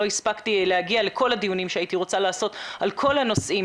הספקתי להגיע לכל הדיונים שהייתי רוצה לקיים על כל הנושאים